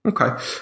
Okay